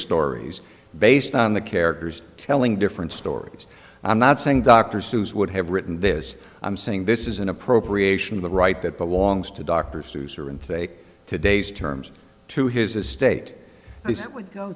stories based on the characters telling different stories i'm not saying dr seuss would have written this i'm saying this is an appropriation of a right that belongs to dr seuss or in fake today's terms to his estate and